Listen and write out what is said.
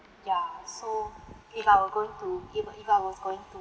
ya so if I were going to if if I was going to